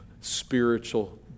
spiritual